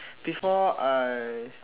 before I